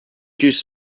juice